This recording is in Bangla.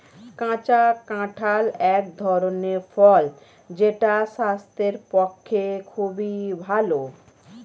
কাঁচা কাঁঠাল এক ধরনের ফল যেটা স্বাস্থ্যের পক্ষে খুবই ভালো